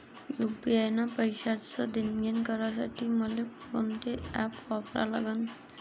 UPI न पैशाचं देणंघेणं करासाठी मले कोनते ॲप वापरा लागन?